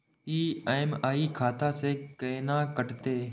EMI खाता से केना कटते?